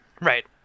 Right